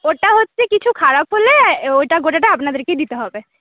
ওটা হচ্ছে কিছু খারাপ হলে ওইটা গোটাটা আপনাদেরকেই দিতে হবে